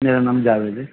میرا نام جاوید ہے